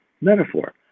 metaphor